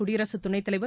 குடியரசு துணைத்தலைவர்